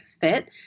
fit